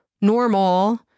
normal